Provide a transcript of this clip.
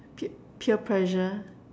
pe~ peer pressure